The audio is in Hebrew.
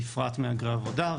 בפרט מהגרי עבודה,